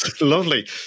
lovely